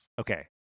Okay